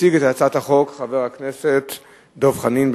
יציג את הצעת החוק חבר הכנסת דב חנין.